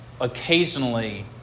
occasionally